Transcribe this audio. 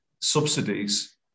subsidies